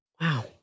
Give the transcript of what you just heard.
Wow